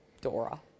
Dora